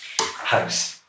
house